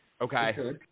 Okay